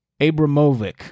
abramovic